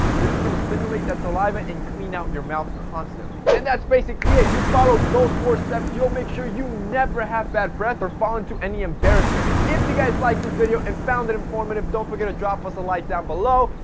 this is gonna stimulate that saliva and clean out your mouth constantly. and that's basically it, you follow those four steps you'll make sure you never have bad breath or fall into any embarrassment. if you guys liked this video and found it informative, don't forget to drop us a like down below.